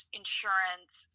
insurance